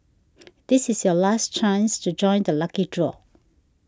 this is your last chance to join the lucky draw